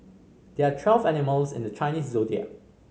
there are twelve animals in the Chinese Zodiac